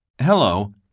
Hello